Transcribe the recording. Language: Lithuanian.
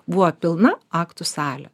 buvo pilna aktų salė